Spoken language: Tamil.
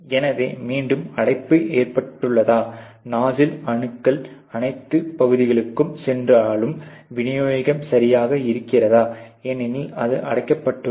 எனவே மீண்டும் அடைப்பு ஏற்பட்டுள்ளதால் நாஸ்சில் அணுகல் அனைத்துப் பகுதிகளுக்கும் சென்றாலும் விநியோகம் சரியாக இருக்காது ஏனெனில் அது அடைக்கப்பட்டுள்ளது